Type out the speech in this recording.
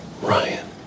Ryan